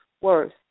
worse